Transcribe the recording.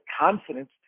confidence